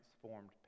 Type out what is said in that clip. transformed